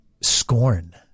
Scorn